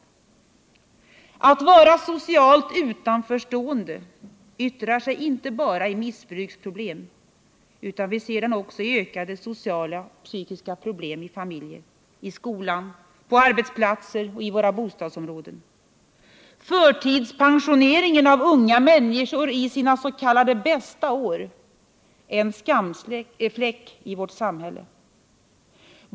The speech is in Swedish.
Problemen med att vara socialt utanförstående yttrar sig inte bara i missbruk, utan vi ser också ökade sociala och psykiska problem i familjer, i skolan, på arbetsplatser och i våra bostadsområden. Förtidspensioneringen av unga människor i sina s.k. bästa år är en skamfläck i vårt samhälle.